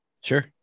Sure